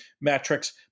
metrics